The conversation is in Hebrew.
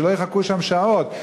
ושלא יחכו שם שעות,